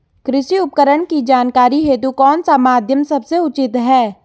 कृषि उपकरण की जानकारी हेतु कौन सा माध्यम सबसे उचित है?